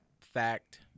fact